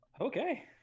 Okay